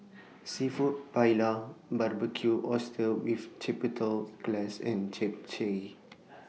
Seafood Paella Barbecued Oysters with Chipotles Glaze and Japchae